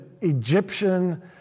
Egyptian